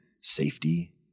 safety